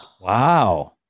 Wow